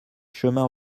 chemin